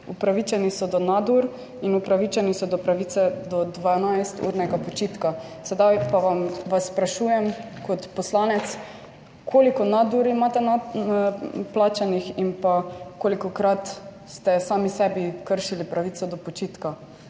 Upravičeni so do nadur in upravičeni so do pravice do 12-urnega počitka. Sedaj pa vas sprašujem kot poslanec, koliko nadur imate na plačanih in pa kolikokrat ste sami sebi kršili pravico do počitka?